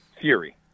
fury